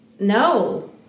No